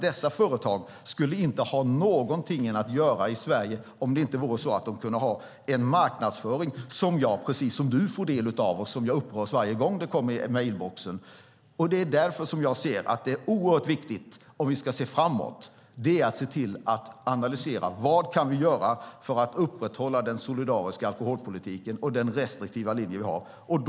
Dessa företag skulle inte ha något att göra i Sverige om det inte vore se att de kunde ha en marknadsföring som jag precis som du får del av och som jag upprörs över varje gång det kommer i mejlboxen. Det är därför som jag anser att det är oerhört viktigt framöver att vi ser till att analysera vad vi kan göra för att upprätthålla den solidariska alkoholpolitiken och den restriktiva linje som vi har.